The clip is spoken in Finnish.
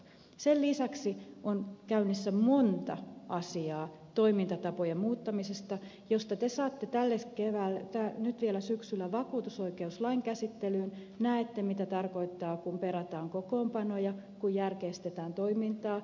sen lisäksi on käynnissä monta asiaa toimintatapojen muuttamisesta josta te saatte nyt vielä syksyllä vakuutusoikeuslain käsittelyyn näette mitä tarkoittaa kun perataan kokoonpanoja kun järkeistetään toimintaa